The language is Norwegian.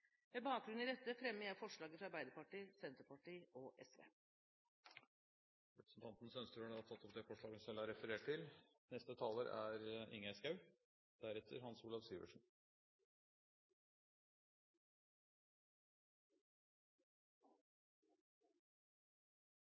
Med bakgrunn i dette fremmer jeg forslaget til Arbeiderpartiet, Senterpartiet og SV. Da har representanten Tone Merete Sønsterud tatt opp det forslaget hun refererte til. Da starter jeg med å ta opp det som er